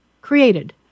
created